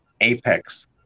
apex